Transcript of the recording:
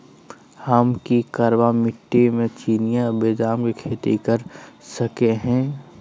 हम की करका मिट्टी में चिनिया बेदाम के खेती कर सको है?